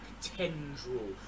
tendril